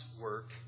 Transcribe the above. work